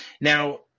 Now